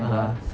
(uh huh)